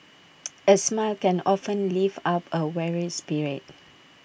A smile can often lift up A weary spirit